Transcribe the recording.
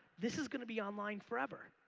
this is going to be online forever.